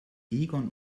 egon